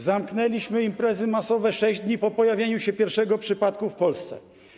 Zamknęliśmy imprezy masowe 6 dni po pojawieniu się pierwszego przypadku w Polsce.